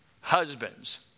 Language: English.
husbands